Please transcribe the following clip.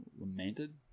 lamented